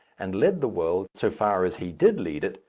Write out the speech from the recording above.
and led the world, so far as he did lead it,